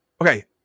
Okay